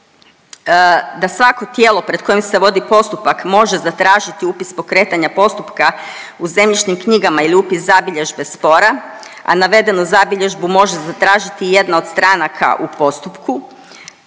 da svako tijelo pred kojim se vodi postupak može zatražiti upis pokretanja postupka u zemljišnim knjigama ili upis zabilježbe spora, a navedenu zabilježbu može zatražiti i jedna od stranaka u postupku,